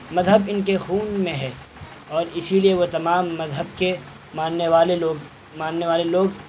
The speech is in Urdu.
مذہب ان کے خون میں ہے اور اسی لیے وہ تمام مذہب کے ماننے والے لوگ ماننے والے لوگ